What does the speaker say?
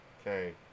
Okay